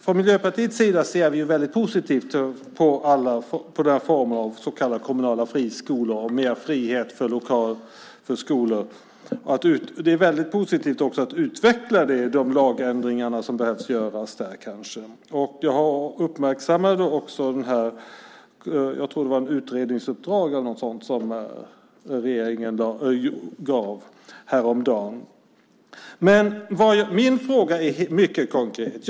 Från Miljöpartiets sida ser vi väldigt positivt på olika former av så kallade kommunala friskolor och mer frihet för skolor. Det är också väldigt positivt att utveckla det och genomföra de lagändringar som kanske behövs. Jag uppmärksammade också att regeringen häromdagen gav ett utredningsuppdrag. Min fråga är mycket konkret.